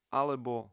alebo